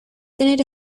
tener